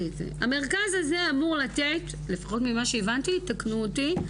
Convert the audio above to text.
המרכז הזה אמור לתת לפחות ממה שהבנתי, תקני אותי,